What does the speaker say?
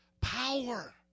power